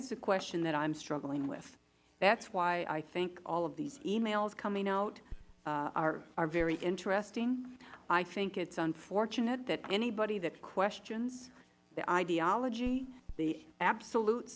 is the question that i am struggling with that is why i think all of these e mails coming out are very interesting i think it is unfortunate that anybody that questions the ideology the absolute